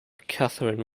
katherine